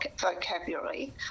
vocabulary